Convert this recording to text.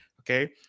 Okay